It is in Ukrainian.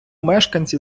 мешканці